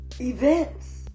events